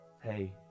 Hey